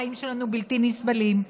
החיים שלנו בלתי נסבלים.